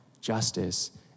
justice